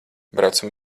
braucam